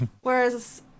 Whereas